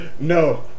No